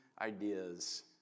ideas